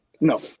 No